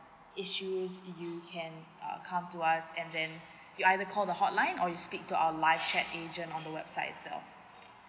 issue you can uh come to us and then you either call the hotline or you speak to our live chat agent on the website itself